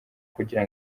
kugira